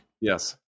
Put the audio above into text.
Yes